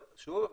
שוב,